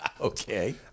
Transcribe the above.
Okay